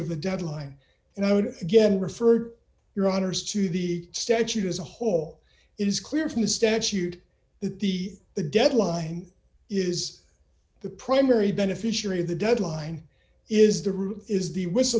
of a deadline and i would again refer your honour's to the statute as a whole it is clear from the statute that the the deadline is the primary beneficiary of the deadline is the rule is the